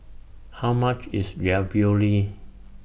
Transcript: How much IS Ravioli